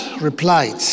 replied